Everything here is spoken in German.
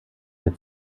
der